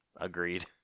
Agreed